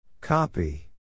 Copy